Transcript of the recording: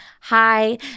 hi